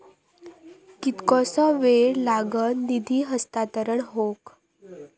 कितकोसो वेळ लागत निधी हस्तांतरण हौक?